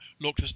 look